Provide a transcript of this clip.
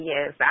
Yes